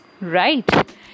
right